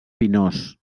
pinós